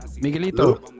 Miguelito